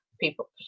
people